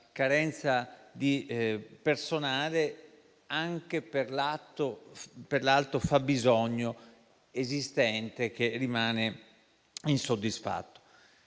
carenza di personale, anche per l'alto fabbisogno esistente che rimane insoddisfatto.